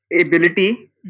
ability